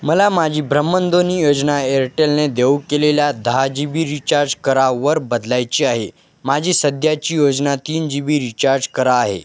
मला माझी भ्रमणध्वनी योजना एअरटेलने देऊ केलेल्या दहा जि बी रीचार्ज करा वर बदलायची आहे माझी सध्याची योजना तीन जि बी रीचार्ज करा आहे